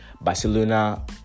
barcelona